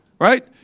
Right